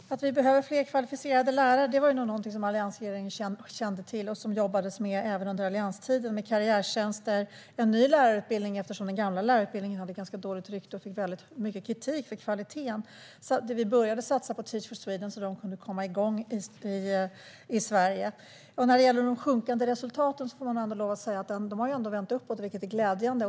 Herr talman! Att vi behöver fler kvalificerade lärare är nog någonting alliansregeringen kände till och som det jobbades med även under allianstiden, med karriärtjänster och en ny lärarutbildning eftersom den gamla lärarutbildningen hade ganska dåligt rykte och fick mycket kritik för kvaliteten. Vi började också satsa på Teach for Sweden så att det kunde komma igång i Sverige. När det gäller de sjunkande resultaten får man ändå lov att säga att de har vänt uppåt, vilket är glädjande.